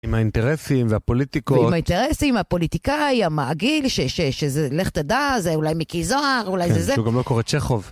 עם האינטרסים והפוליטיקות. ועם האינטרסים, הפוליטיקאי, המעגיל, ש ש ש... זה לך תדע, זה אולי מיקי זוהר, אולי זה זה. כן, שהוא גם לא קורא צ'כוב.